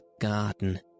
garden